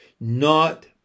Not